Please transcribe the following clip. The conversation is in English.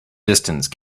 distance